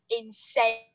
insane